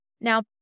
Now